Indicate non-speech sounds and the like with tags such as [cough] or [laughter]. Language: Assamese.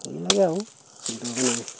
ভাল লাগে আৰু [unintelligible]